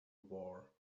war